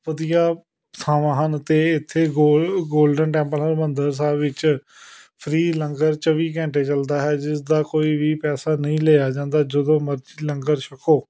ਵਧੀਆ ਥਾਵਾਂ ਹਨ ਅਤੇ ਇੱਥੇ ਗੋਲ ਗੋਲਡਨ ਟੈਂਪਲ ਹਰਿਮੰਦਰ ਸਾਹਿਬ ਵਿੱਚ ਫਰੀ ਲੰਗਰ ਚੌਵੀ ਘੰਟੇ ਚੱਲਦਾ ਹੈ ਜਿਸ ਦਾ ਕੋਈ ਵੀ ਪੈਸਾ ਨਹੀਂ ਲਿਆ ਜਾਂਦਾ ਜਦੋਂ ਮਰਜੀ ਲੰਗਰ ਛਕੋ